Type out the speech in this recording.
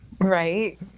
right